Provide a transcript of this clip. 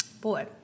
Boy